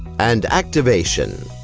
and activation.